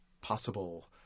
possible